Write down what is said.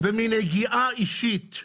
ומנגיעה אישית.